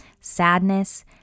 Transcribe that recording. sadness